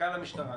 מפכ"ל המשטרה,